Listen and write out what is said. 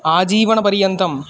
आजीवनपर्यन्तं